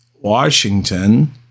Washington